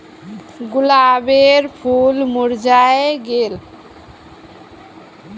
गुलाबेर फूल मुर्झाए गेल